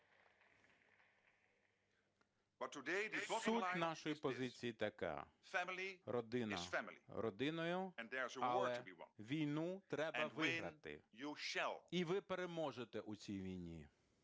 суть нашої позиції така: родина родиною, але війну треба виграти, і ви переможете у цій війні.